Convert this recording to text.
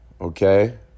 Okay